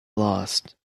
lost